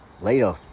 Later